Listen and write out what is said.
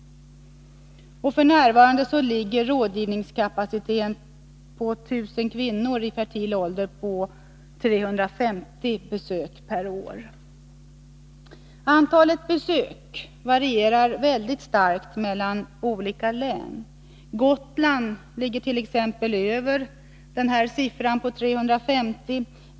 F.n. ligger rådgivningskapaciteten per 1000 kvinnor i fertil ålder på 350 besök per år. Antalet besök varierar väldigt starkt mellan olika län. Gotland ligger t.ex. över siffran 350.